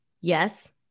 Yes